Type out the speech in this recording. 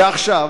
ועכשיו,